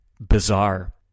Bizarre